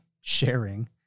sharing